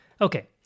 Okay